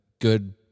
good